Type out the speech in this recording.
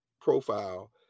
profile